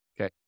Okay